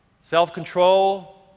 self-control